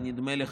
נדמה לי,